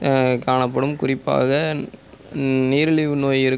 காணப்படும் குறிப்பாக நீரிழிவு நோய் இருக்கும் நபர் சிறுநீர் கழிக்கும் பொழுது